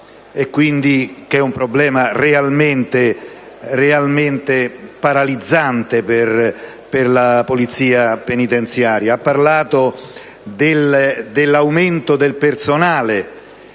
un problema realmente paralizzante per la polizia penitenziaria, dell'aumento del personale